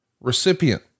recipient